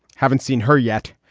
haven't seen her yet.